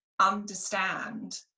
understand